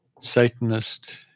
Satanist